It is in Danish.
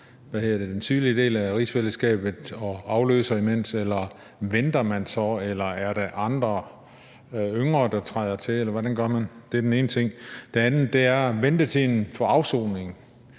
den sydlige del af rigsfællesskabet og afløser imens, eller venter man så, eller er der andre og yngre, der træder til, eller hvordan gør man det? Det er den ene ting. Den anden ting handler om ventetiden for afsoning.